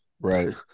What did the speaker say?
right